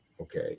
okay